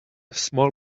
small